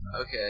Okay